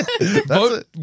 Vote